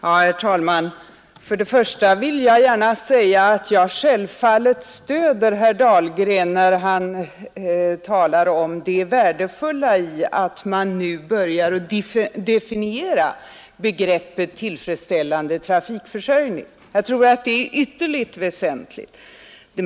Herr talman! För det första vill jag gärna säga att jag självfallet stöder herr Dahlgren när han talar om det värdefulla i att man nu kan börja definiera begreppet tillfredställande trafikförsörjning. Jag tror det är ytterligt väsentligt.